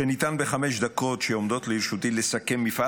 שניתן בחמש הדקות שעומדות לרשותי לסכם מפעל